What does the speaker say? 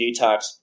detox